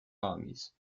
armies